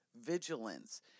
vigilance